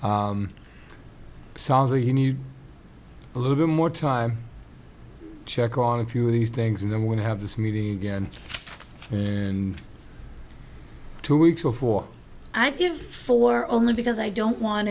so songs are you need a little bit more time check on a few of these things and then we'll have this meeting again and two weeks before i give for only because i don't want